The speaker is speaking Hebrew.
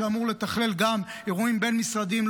שאמור לתכלל גם אירועים בין משרדים,